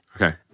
Okay